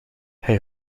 hij